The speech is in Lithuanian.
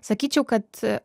sakyčiau kad